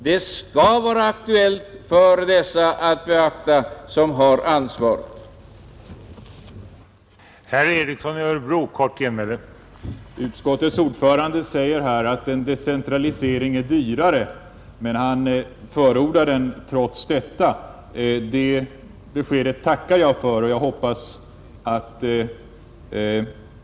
Det är något som är aktuellt att beakta för dem som har ansvaret härvidlag.